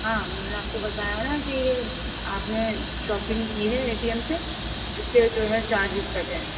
ہاں میں نے آپ کو بتایا نا کہ یہ آپ نے شاپنگ کی ہے اے ٹی ایم سے اس سے جو ہے چارجز کٹے ہیں